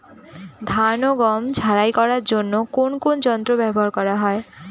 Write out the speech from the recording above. ধান ও গম ঝারাই করার জন্য কোন কোন যন্ত্র ব্যাবহার করা হয়?